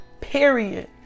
period